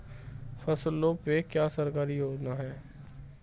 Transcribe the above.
फसलों पे क्या सरकारी योजना है?